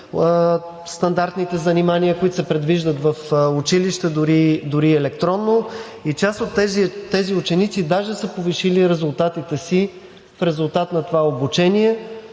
стандартните занимания, които се предвиждат в училище, дори и електронно и част от тези ученици даже са повишили резултатите си в резултат на това обучение,